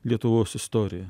lietuvos istorija